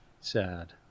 sad